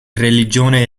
religione